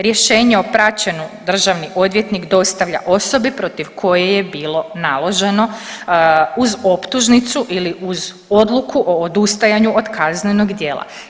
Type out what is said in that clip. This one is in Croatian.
Rješenje o praćenju državni odvjetnik dostavlja osobi protiv koje je bilo naloženo uz optužnicu ili uz odluku o odustajanju od kaznenog djela.